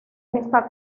está